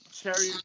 Cherry